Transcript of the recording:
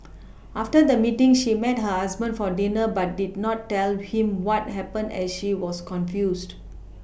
after the meeting she met her husband for dinner but did not tell him what happened as she was confused